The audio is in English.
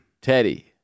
Teddy